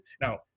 now